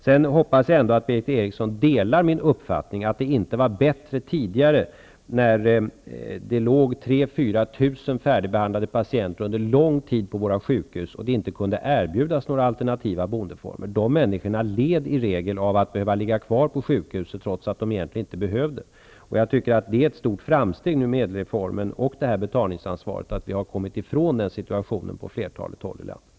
Sedan hoppas jag ändå att Berith Eriksson delar min uppfattning att det inte var bättre tidigare, när det låg 3 000--4 000 färdigbehandlade patienter under lång tid på våra sjukhus, som inte kunde erbjudas några alternativa boendeformer. De människorna led i regel av att behöva ligga kvar på sjukhuset, trots att de egentligen inte skulle ha behövt. Jag tycker att ÄDEL-reformen och betalningsansvaret är ett stort framsteg. Vi har kommit ifrån en sådan situation på flertalet orter i landet.